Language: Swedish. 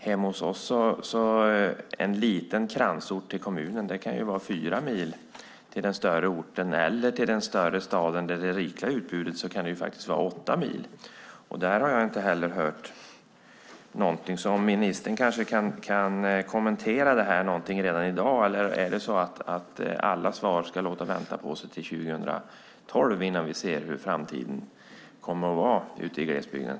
Hemma hos oss i en liten kransort i kommunen kan det vara fyra mil till den större orten, och till den större staden med det rikliga utbudet kan det faktiskt vara åtta mil. Där har jag inte hört någonting. Om ministern kanske kan kommentera det redan i dag. Eller är det så att alla svar ska låta vänta på sig till 2012 innan vi ser hur framtiden kommer att vara ute i glesbygden?